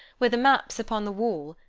where the maps upon the wall,